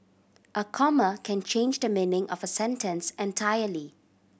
a comma can change the meaning of a sentence entirely